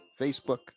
Facebook